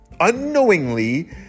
Unknowingly